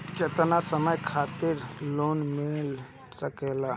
केतना समय खातिर लोन मिल सकेला?